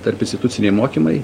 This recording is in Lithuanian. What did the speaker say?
tarpinstituciniai mokymai